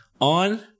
on